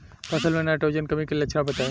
फसल में नाइट्रोजन कमी के लक्षण बताइ?